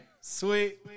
Sweet